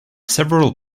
several